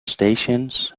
stations